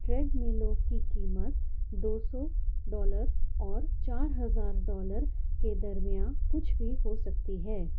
trade میلو کی قیمت دو سو ڈالر اور چار ہزار ڈالر کے درمیان کچھ بھی ہو سکتی ہے